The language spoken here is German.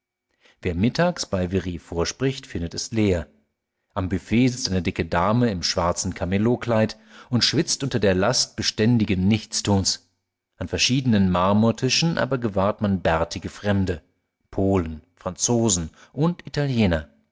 wer mittags bei very vorspricht findet es leer am büffet sitzt eine dicke dame in schwarzem camelotkleid und schwitzt unter der last beständigen nichtstuns an verschiedenen marmortischen aber gewahrt man bärtige fremde polen franzosen und italiener